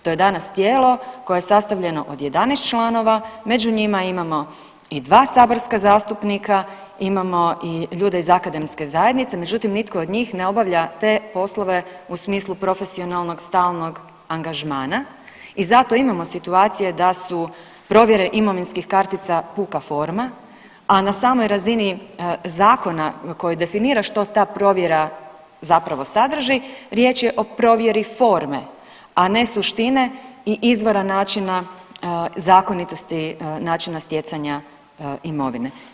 To je danas tijelo koje je sastavljeno od 11 članova, među njima imamo i dva saborska zastupnika, imamo i ljude iz akademske zajednice, međutim nitko od njih ne obavlja te poslove u smislu profesionalnog i stalnog angažmana i zato imamo situacije da su provjere imovinskih kartica puka forma, a na samoj razini zakona koji definira što ta provjera zapravo sadrži riječ je o provjeri forme, a ne suštine i izbora načina zakonitosti načina stjecanja imovine.